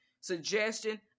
suggestion